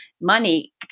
money